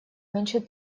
меньше